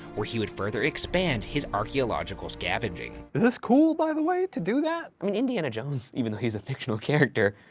where he would further expand his archeological scavenging. is this cool, by the way, to do that? i mean, indiana jones, even though he's a fictional character,